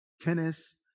Tennis